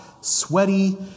sweaty